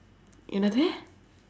என்னது:ennathu